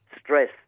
stress